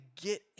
get